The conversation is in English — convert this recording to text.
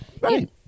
Right